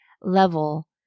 level